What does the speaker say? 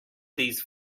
these